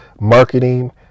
marketing